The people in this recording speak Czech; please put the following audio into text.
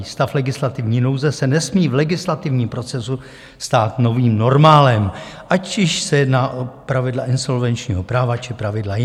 Stav legislativní nouze se nesmí v legislativním procesu stát novým normálem, ať již se jedná o pravidla insolvenčního práva, či pravidla jiná.